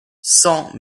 cent